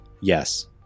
yes